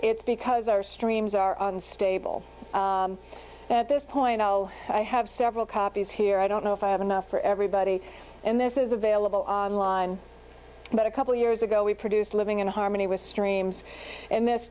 it's because our streams are unstable at this point i have several copies here i don't know if i have enough for everybody and this is available online but a couple years ago we produced living in harmony with streams and this